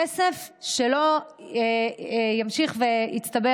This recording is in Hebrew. כסף שלא יימשך יצטבר